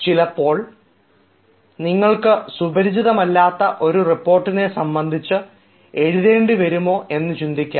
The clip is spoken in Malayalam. അപ്പോൾ നിങ്ങൾക്ക് സുപരിചിതമല്ലാത്ത ഒരു റിപ്പോർട്ടിനെ സംബന്ധിച്ച് എഴുതേണ്ടി വരുമോ എന്ന് ചിന്തിക്കാം